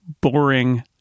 Boring